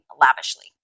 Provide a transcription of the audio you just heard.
lavishly